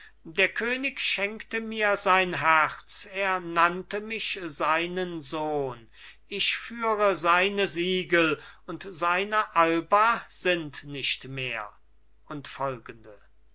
der könig schenkte mir sein herz er nannte mich seinen sohn ich führe seine siegel und seine alba sind nicht mehr er